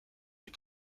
des